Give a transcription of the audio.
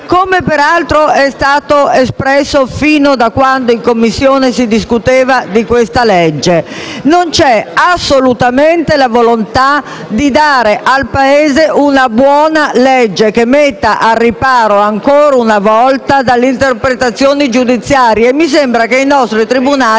come peraltro è stato enunciato fin da quando in Commissione si discuteva di questa legge, non c'è assolutamente la volontà, ancora una volta, di dare al Paese una buona legge che metta al riparo dalle interpretazioni giudiziarie e mi sembra che i nostri tribunali